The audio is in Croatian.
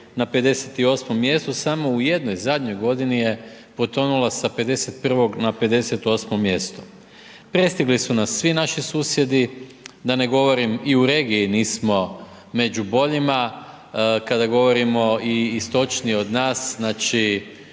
na 58 mjestu. Samo u jednoj, zadnjoj godini je potonula sa 51 na 58 mjesto. Prestigli su nas svi naši susjedi, da ne govorim i u regiji nismo među boljima, kada govorimo i istočnije od nas, znači